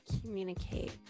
Communicate